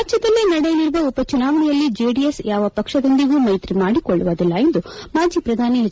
ರಾಜ್ಯದಲ್ಲಿ ನಡೆಯಲಿರುವ ಉಪಚುನಾವಣೆಯಲ್ಲಿ ಜೆಡಿಎಸ್ ಯಾವ ಪಕ್ಷದೊಂದಿಗೂ ಮೈತ್ರಿ ಮಾಡಿಕೊಳ್ಳುವುದಿಲ್ಲ ಎಂದು ಮಾಜಿ ಪ್ರಧಾನಿ ಎಚ್